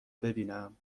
ببینم